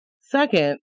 Second